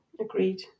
Agreed